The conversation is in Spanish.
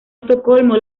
estocolmo